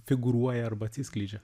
figūruoja arba atsiskleidžia